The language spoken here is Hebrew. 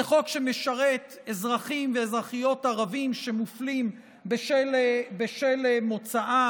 זה חוק שמשרת אזרחים ואזרחיות ערבים שמופלים בשל מוצאם,